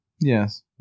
Yes